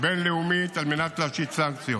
בין-לאומית על מנת להשית סנקציות.